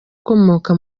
ukomoka